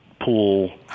pool